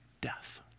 death